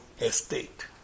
estate